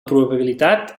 probabilitat